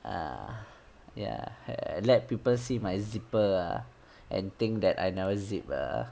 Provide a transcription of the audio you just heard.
err ya err let people see my zipper ah and think that I never zip ah